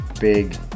big